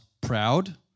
proud